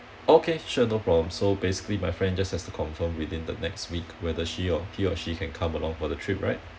okay sure no problem so basically my friend just has to confirm within the next week whether she or he or she can come along for the trip right